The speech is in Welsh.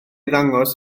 ddangos